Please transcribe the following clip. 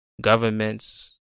Governments